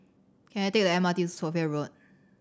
can I take the M R T to Sophia Road